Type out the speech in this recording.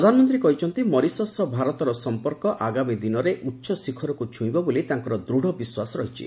ପ୍ରଧାନମନ୍ତ୍ରୀ କହିଛନ୍ତି ମରିସସ୍ ସହ ଭାରତର ସଂପର୍କ ଆଗାମୀ ଦିନରେ ଉଚ୍ଚ ଶିଖରକୁ ଛୁଇଁବ ବୋଲି ତାଙ୍କର ଦୂଡ଼ ବିଶ୍ୱାସ ରହିଛି